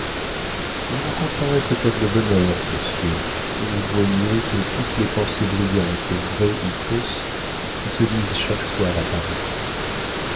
vous rencontrerez peut-être le bonheur monsieur et il vaut mieux que toutes les pensées brillantes vraies ou fausses qui se disent chaque soir à paris